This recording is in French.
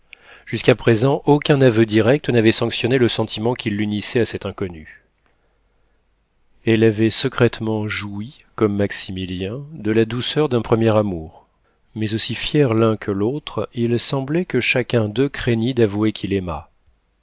jusqu'à présent aucun aveu direct n'avait sanctionné le sentiment qui l'unissait à cet inconnu elle avait secrètement joui comme maximilien de la douceur d'un premier amour mais aussi fiers l'un que l'autre il semblait que chacun d'eux craignît d'avouer qu'il aimât